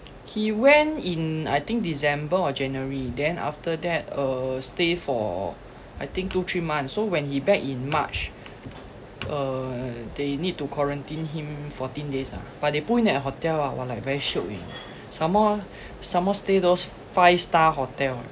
he went in I think december or january then after that uh stay for I think two three months so when he back in march uh they need to quarantine him fourteen days ah but they put him at a hotel ah !wah! like very shiok eh some more some more stay those five star hotel eh